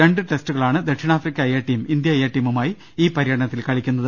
രണ്ട് ടെസ്റ്റുകളാണ് ദക്ഷിണാ ഫ്രിക്ക എ ടീം ഇന്ത്യ എ ടീമുമായി ഈ പര്യടനത്തിൽ കളിക്കുന്നത്